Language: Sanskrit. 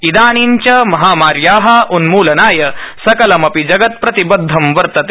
इदानीं च महामार्या उन्मूलनाय सकलं अपि जगत् प्रति दधं वर्तते